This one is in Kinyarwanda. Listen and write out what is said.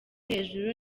hejuru